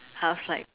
I was like